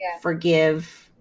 forgive